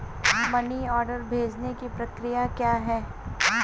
Money order भेजने की प्रक्रिया क्या है?